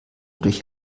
durch